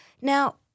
Now